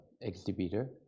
exhibitor